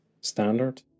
standard